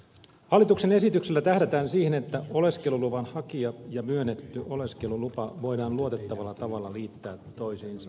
hallituksen esityksellä tähdätään siihen että oleskeluluvan hakija ja myönnetty oleskelulupa voidaan luotettavalla tavalla liittää toisiinsa